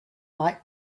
night